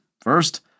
First